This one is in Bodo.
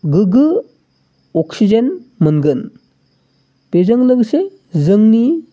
गोग्गो अक्सिजेन मोनगोन बेजों लोगोसे जोंनि